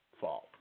fault